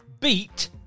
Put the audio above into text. Beat